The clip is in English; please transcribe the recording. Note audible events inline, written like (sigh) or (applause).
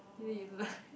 is it you like (laughs)